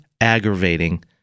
aggravating